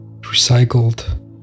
recycled